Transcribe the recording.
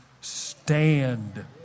stand